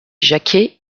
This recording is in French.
jacquet